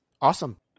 Awesome